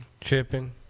tripping